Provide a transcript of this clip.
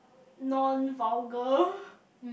non vulgar